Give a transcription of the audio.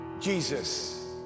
Jesus